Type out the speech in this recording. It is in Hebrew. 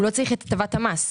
הוא לא צריך את הטבת המס.